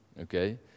okay